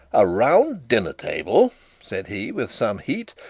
a round dinner-table said he, with some heat,